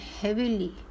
heavily